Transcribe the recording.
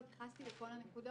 (מוזמנת, דפנה